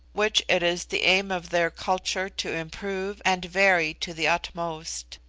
which it is the aim of their culture to improve and vary to the utmost.